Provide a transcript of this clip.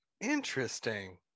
interesting